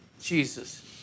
Jesus